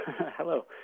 hello